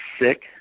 sick